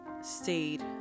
stayed